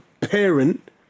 parent